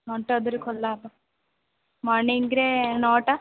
ଘଣ୍ଟ ଅଧରେ ଖୋଲା ହବ ମର୍ଣ୍ଣିଂରେ ନଅଟା